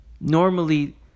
Normally